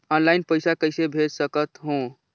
Online पइसा कइसे भेज सकत हो?